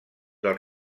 del